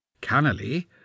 Cannily